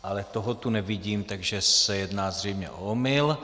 Ale toho tu nevidím, takže se jedná zřejmě o omyl.